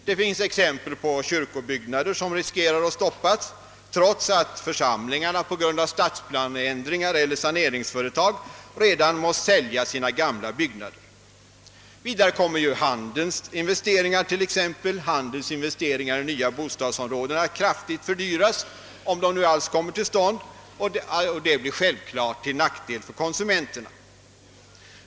Det finns exempel på kyrkobyggnader som riskerar att stoppas, trots att församlingarna på grund av stadsplaneändringar eller saneringsföretag redan måst sälja sina gamla byggnader. Vidare kommer handelns investeringar i nya bostadsområden att kraftigt fördyras, om de nu alls kommer till stånd, och detta blir självfallet till nackdel för konsumenterna.